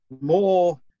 more